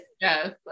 yes